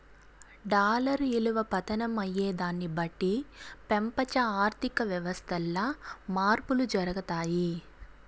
dollar ఇలువ పతనం అయ్యేదాన్ని బట్టి పెపంచ ఆర్థిక వ్యవస్థల్ల మార్పులు జరగతాయి